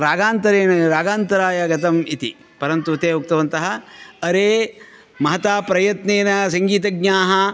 रागान्तरेण रागान्तराय गतम् इति परन्तु ते उक्तवन्तः अरे महता प्रयत्नेन सङ्गीतज्ञाः